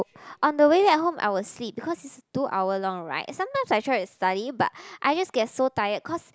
on the way back home I will sleep because it's two hour long right and sometimes I try to study but I just get so tired cause